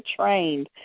trained